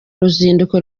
ruzinduko